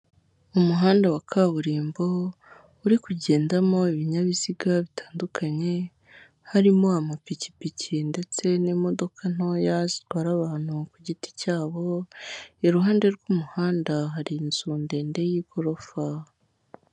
Umuhanda wa kaburimbo uri kugendamo ibinyabiziga bitandukanye harimo amapikipiki ndetse n'imodoka ntoya zitwara abantu ku giti cyabo, iruhande rw'umuhanda hari inzu ndende y'igorofa.